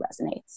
resonates